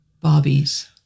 Bobby's